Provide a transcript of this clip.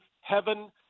heaven